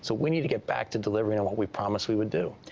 so we need to get back to delivering on what we promised we would do.